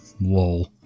Whoa